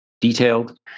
detailed